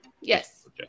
Yes